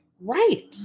Right